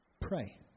Pray